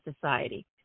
society